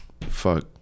fuck